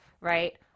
Right